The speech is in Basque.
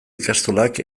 ikastolak